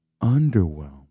underwhelmed